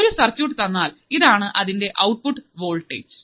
ഒരു സർക്യൂട്ട് തന്നാൽ ഇതാണ് അതിൻറെ ഔട്ട്പുട്ട് വോൾട്ടേജ്